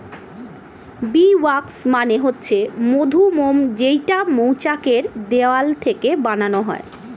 bee wax মানে হচ্ছে মধুমোম যেইটা মৌচাক এর দেওয়াল থেকে বানানো হয়